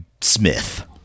Smith